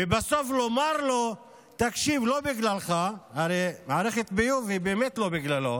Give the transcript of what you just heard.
ובסוף לומר לו: תקשיב, לא בגללך,